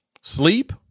Sleep